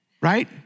Right